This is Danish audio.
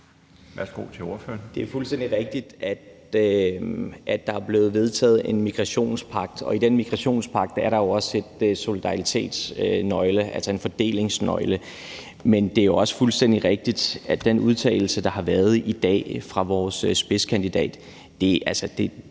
Rona (M): Det er fuldstændig rigtigt, at der er blevet vedtaget en migrationspagt, og i den migrationspagt er der jo også en solidaritetsnøgle, altså en fordelingsnøgle. Men det er også fuldstændig rigtigt, at det, der er i den udtalelse, der har været i dag fra vores spidskandidat, går vi